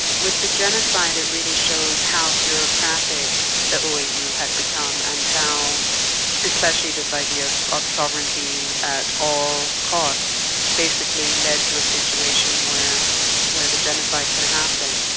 with the genocide it really showed how bureaucratic the oau ah had become and how especially this idea of ah sovereignty at all costs basically led to a situation where where the genocide could happen.